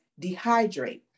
dehydrate